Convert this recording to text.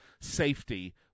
safety